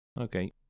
Okay